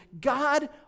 God